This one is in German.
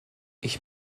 ich